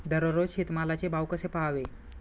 दररोज शेतमालाचे भाव कसे पहावे?